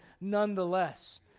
nonetheless